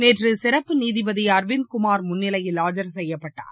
நேற்றுசிறப்பு நீதிபதிஅர்விந்த் குமார் முன்னிலையில் ஆஜர் செய்யப்பட்டார்